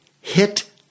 hit